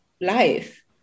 life